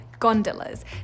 gondolas